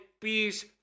peace